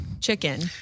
chicken